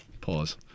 pause